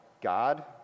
God